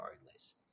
regardless